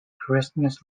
christmas